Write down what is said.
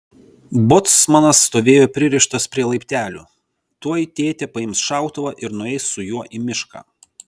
bocmanas stovėjo pririštas prie laiptelių tuoj tėtė paims šautuvą ir nueis su juo į mišką